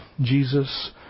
Jesus